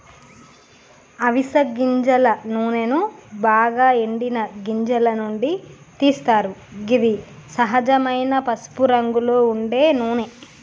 అవిస గింజల నూనెను బాగ ఎండిన గింజల నుండి తీస్తరు గిది సహజమైన పసుపురంగులో ఉండే నూనె